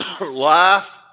Life